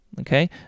okay